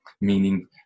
Meaning